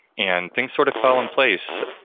and things sort of fell in place.